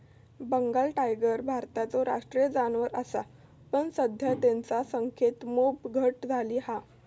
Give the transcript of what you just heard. Bengal tiger भारताचो राष्ट्रीय जानवर असा पण सध्या तेंच्या संख्येत मोप घट झाली हा